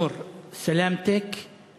נור, תהיי בריאה.